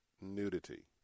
nudity